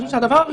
מה הם אמרו?